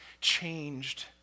changed